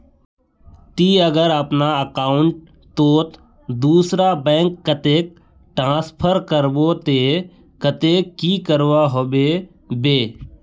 ती अगर अपना अकाउंट तोत दूसरा बैंक कतेक ट्रांसफर करबो ते कतेक की करवा होबे बे?